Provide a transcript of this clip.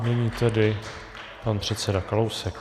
Nyní tedy pan předseda Kalousek.